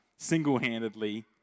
single-handedly